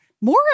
More